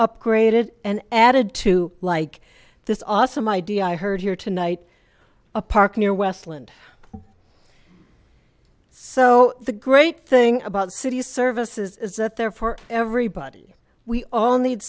upgraded and added to like this awesome idea i heard here tonight a park near westland so the great thing about city services is that they're for everybody we all need